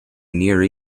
near